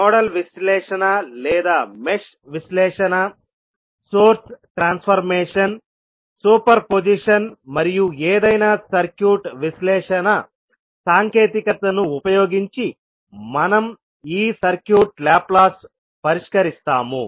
nodal విశ్లేషణ లేదా mesh విశ్లేషణ సోర్స్ ట్రాన్స్ఫర్మేషన్ సూపర్పొజిషన్ మరియు ఏదైనా సర్క్యూట్ విశ్లేషణ సాంకేతికతను ఉపయోగించి మనం ఈ సర్క్యూట్ లాప్లాస్ పరిష్కరిస్తాము